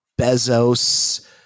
Bezos